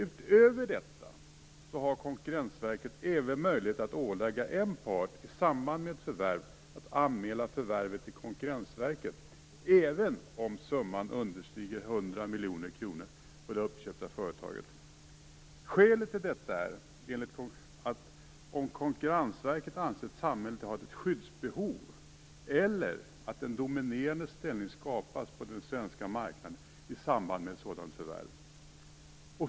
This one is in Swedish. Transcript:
Utöver detta har Konkurrensverket även möjlighet att ålägga en part i samband med ett förvärv att anmäla förvärvet till Konkurrensverket även om summan understiger 100 miljoner kronor på det uppköpta företaget, om Konkurrensverket anser att samhället har ett skyddsbehov eller att en dominerande ställning skapas på den svenska marknaden i samband med ett sådant förvärv.